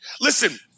Listen